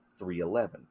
311